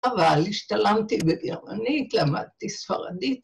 אבל השתלמתי בגרמנית, למדתי ספרדית.